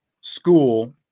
school